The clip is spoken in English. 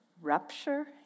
rupture